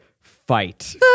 fight